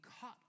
caught